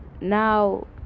Now